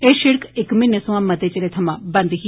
एह् शिड़क इक म्हीनें थवा मते चिरे थमां बंद ही